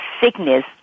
sickness